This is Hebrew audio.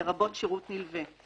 לרבות שירות נלווה,